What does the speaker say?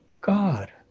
God